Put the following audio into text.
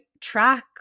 track